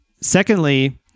Secondly